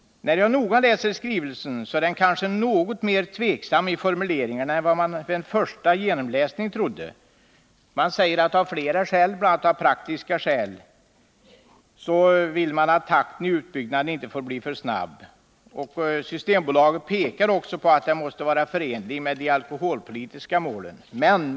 När jag noga läste skrivelsen, fann jag att den kanske var något mer tveksam i formuleringarna än vad jag vid den första genomläsningen tyckte. I skrivelsen sägs att Systembolaget av flera skäl, bl.a. praktiska, vill att utbyggnadstakten inte blir för snabb. Systembolaget pekar också på att utbyggnadstakten måste vara förenlig med de alkoholpolitiska målen.